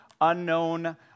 unknown